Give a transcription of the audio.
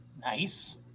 Nice